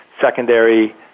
secondary